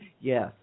Yes